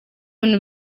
bintu